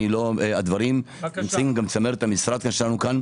ומתחייב - גם צמרת המשרד שלנו כאן.